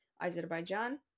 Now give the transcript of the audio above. Azerbaijan